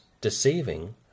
deceiving